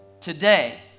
today